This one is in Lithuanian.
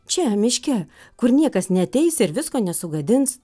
čia miške kur niekas neateis ir visko nesugadins